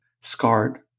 scarred